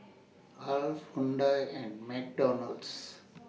Alf Hyundai and McDonald's